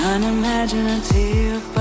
Unimaginative